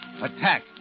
attack